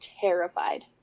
terrified